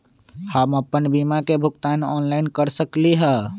हम अपन बीमा के भुगतान ऑनलाइन कर सकली ह?